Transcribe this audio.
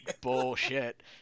Bullshit